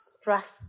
stress